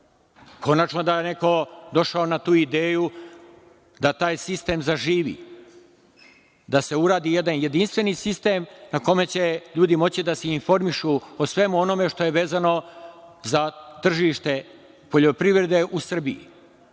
Konačno da je neko došao na tu ideju da taj sistem zaživi, da se uradi jedan jedinstveni sistem na kome će ljudi moći da se informišu o svemu onome što je vezano za tržište poljoprivrede u Srbiji. Ima